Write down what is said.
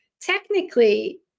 technically